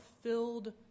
filled